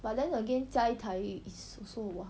but then again 加一台 is also !wah!